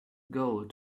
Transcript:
gold